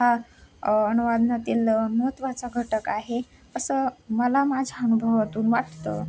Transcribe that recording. हा अनुवादनातील महत्त्वाचा घटक आहे असं मला माझ्या अनुभवातून वाटतं